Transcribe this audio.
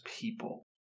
people